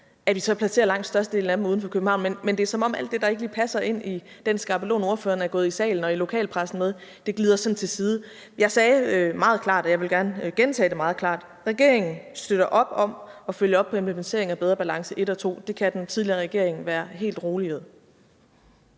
så placerer langt størstedelen af dem uden for København. Men det er, som om alt det, der ikke lige passer ind i den skabelon, som ordføreren er gået i salen og i lokalpressen med, glider sådan til side. Jeg sagde meget klart, og jeg vil gerne gentage det meget klart: Regeringen støtter op om og følger op på implementeringen af »Bedre balance« og »Bedre balance II«. Det kan den tidligere regering være helt rolig ved.